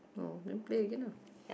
then play again lah